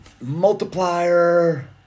multiplier